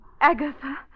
Agatha